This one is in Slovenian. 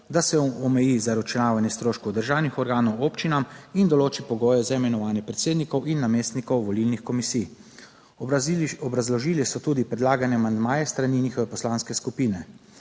da se omeji zaračunavanje stroškov državnih organov občinam in določi pogoje za imenovanje predsednikov in namestnikov volilnih komisij. Obrazložili so tudi predlagane amandmaje s strani njihove poslanske skupine.